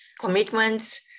commitments